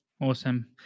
Awesome